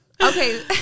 Okay